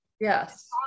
Yes